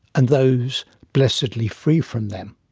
and those blessedly free from them?